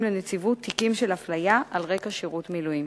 מפנה לנציבות תיקים של אפליה על רקע שירות מילואים.